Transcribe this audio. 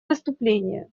выступление